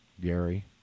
Gary